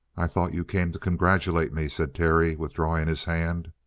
i thought you came to congratulate me, said terry, withdrawing his hand.